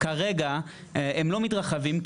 כרגע הם לא מתרחבים,